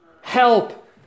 help